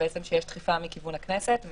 שיש דחיפה מכיוון הכנסת.